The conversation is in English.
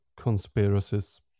conspiracies